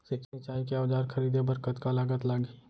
सिंचाई के औजार खरीदे बर कतका लागत लागही?